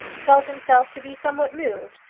felt himself to be somewhat moved,